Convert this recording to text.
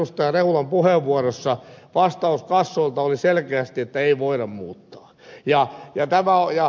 rehulan puheenvuorossa vastaus kassoilta oli selkeästi että ei voida muuttaa